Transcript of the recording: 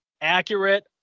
accurate